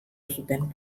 zuten